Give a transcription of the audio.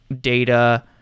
data